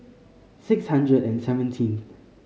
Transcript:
six hundred and seventeenth